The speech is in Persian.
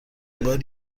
بار